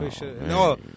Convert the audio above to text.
No